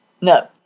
No